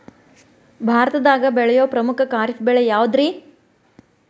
ಭಾರತದಾಗ ಬೆಳೆಯೋ ಪ್ರಮುಖ ಖಾರಿಫ್ ಬೆಳೆ ಯಾವುದ್ರೇ?